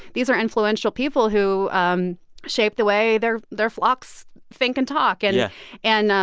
these are influential people who um shape the way their their flocks think and talk and yeah and,